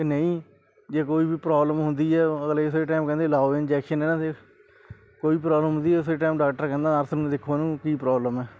ਕਿ ਨਹੀਂ ਜੇ ਕੋਈ ਵੀ ਪ੍ਰੋਬਲਮ ਹੁੰਦੀ ਹੈ ਅਗਲੇ ਇਸੇ ਟਾਈਮ ਕਹਿੰਦੇ ਲਾਓ ਇੰਜੈਕਸ਼ਨ ਇਹਨਾਂ ਦੇ ਕੋਈ ਪ੍ਰੋਬਲਮ ਹੁੰਦੀ ਉਸੇ ਟਾਈਮ ਡਾਕਟਰ ਕਹਿੰਦਾ ਨਰਸ ਨੂੰ ਦੇਖੋ ਇਹਨੂੰ ਕੀ ਪ੍ਰੋਬਲਮ ਹੈ